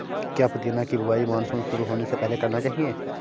क्या पुदीना की बुवाई मानसून शुरू होने से पहले करना चाहिए?